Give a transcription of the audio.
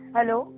Hello